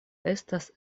estas